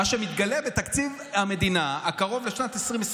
מה שמתגלה בתקציב המדינה הקרוב לשנת 2023,